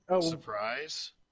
Surprise